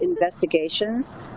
investigations